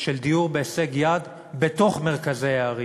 של דיור בהישג יד בתוך מרכזי הערים.